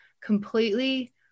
completely